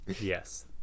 yes